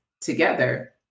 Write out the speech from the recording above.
together